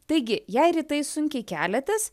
taigi jei rytais sunkiai keliatės